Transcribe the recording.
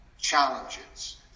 challenges